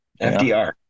fdr